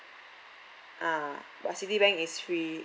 ah but Citibank is free